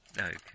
Okay